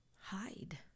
hide